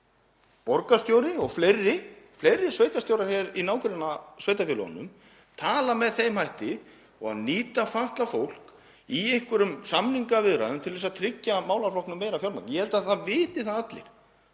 borgarstjóri og fleiri sveitarstjórar í nágrannasveitarfélögunum tala með þeim hætti og nýta fatlað fólk í einhverjum samningaviðræðum til að tryggja málaflokknum meira fjármagn. Ég held að það viti allir